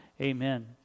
Amen